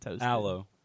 Aloe